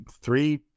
three